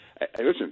listen